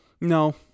No